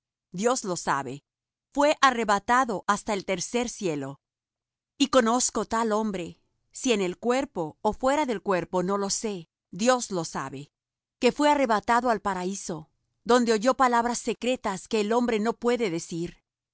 dios lo sabe fué arrebatado hasta el tercer cielo y conozco tal hombre si en el cuerpo ó fuera del cuerpo no lo sé dios lo sabe que fué arrebatado al paraíso donde oyó palabras secretas que el hombre no puede decir